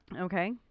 Okay